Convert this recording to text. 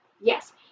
Yes